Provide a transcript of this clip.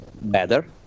better